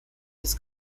des